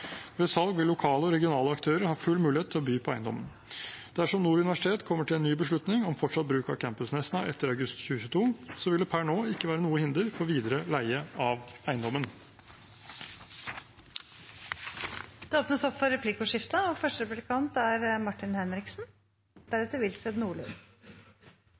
Ved salg vil lokale og regionale aktører ha full mulighet til å by på eiendommen. Dersom Nord universitet kommer til en ny beslutning, om fortsatt bruk av campus Nesna etter august 2022, vil det per nå ikke være noe hinder for videre leie av eiendommen. Det blir replikkordskifte.